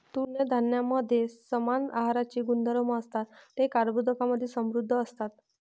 तृणधान्यांमध्ये समान आहाराचे गुणधर्म असतात, ते कर्बोदकांमधे समृद्ध असतात